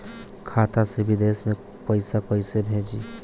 खाता से विदेश मे पैसा कईसे जाई?